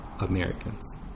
Americans